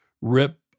rip